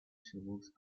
tools